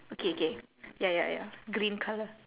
okay K ya ya ya green colour